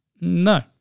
no